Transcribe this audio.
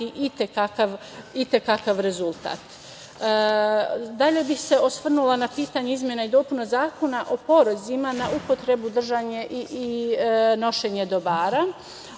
i te kakav rezultat. Dalje bih se osvrnula na pitanje izmene i dopuna Zakona o porezima na upotrebu držanje i nošenje dobara.